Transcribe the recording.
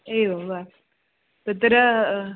एवं वा तत्र